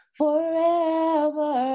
forever